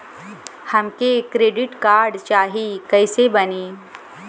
हमके credit card चाही कैसे बनी?